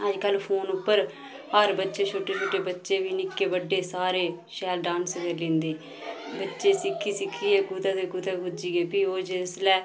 अज्जकल फोन उप्पर हर बच्चे छोटे छोटे बच्चे बी निक्के बड्डे सारे शैल डान्स करी लैंदे बच्चे सिक्खी सिक्खियै कुदै ते कुदै पुज्जी गे फ्ही ओह् जिसलै